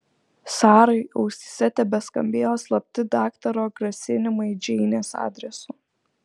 sarai ausyse tebeskambėjo slapti daktaro grasinimai džeinės adresu